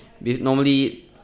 normally